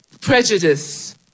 prejudice